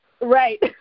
Right